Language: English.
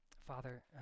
Father